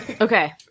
Okay